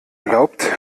glaubt